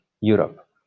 Europe